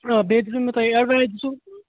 آ بیٚیہِ دِژوٕ مےٚ تۄہہِ ایڈوایِز تہٕ